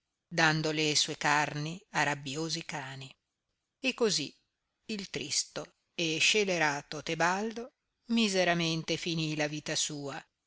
dando le sue carni a rabbiosi cani e cosi il tristo e scelerato tebaldo miseramente finì la vita sua